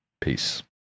peace